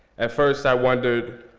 at first i wondered,